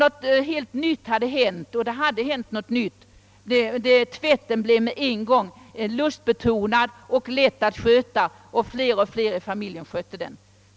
Något helt nytt hade hänt; tvätten blev med en gång lustbetonad och lätt att sköta, och fler och fler i familjen skötte den.